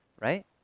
right